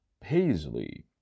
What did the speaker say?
paisley